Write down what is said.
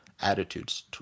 attitudes